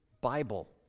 Bible